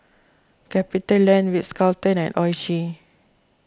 CapitaLand Ritz Carlton and Oishi